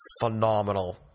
Phenomenal